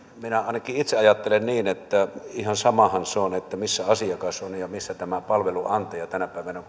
minä ainakin itse ajattelen niin että ihan samahan se on missä asiakas on ja missä tämä palvelun antaja kun meillä tänä päivänä